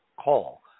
call